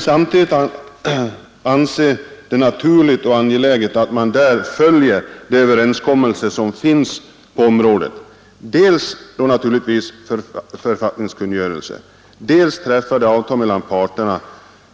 Samtidigt vill jag framhålla att jag anser det naturligt och angeläget att man där följer de överenskommelser som finns på området, dels beträffande författningskungörelser, dels beträffande träffade avtal mellan parterna